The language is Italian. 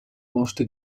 morte